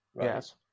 Yes